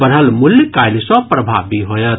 बढ़ल मूल्य काल्हि सँ प्रभावी होयत